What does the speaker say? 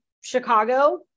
Chicago